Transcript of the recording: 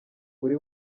buri